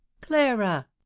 clara